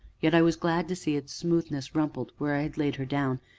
yet i was glad to see its smoothness rumpled where i had laid her down,